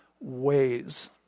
ways